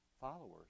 followers